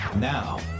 now